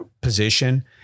position